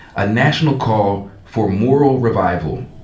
a national call for moral revival.